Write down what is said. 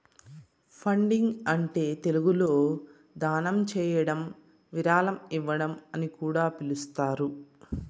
funding అంటే తెలుగులో దానం చేయడం విరాళం ఇవ్వడం అని కూడా పిలుస్తారు